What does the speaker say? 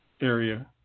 area